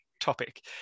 topic